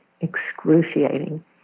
excruciating